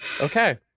okay